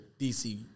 DC